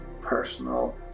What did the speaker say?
personal